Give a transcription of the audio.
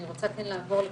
אני רוצה לעבור לפרופ'